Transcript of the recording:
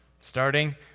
Starting